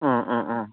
ꯑꯥ ꯑꯥ ꯑꯥ